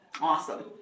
Awesome